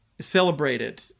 celebrated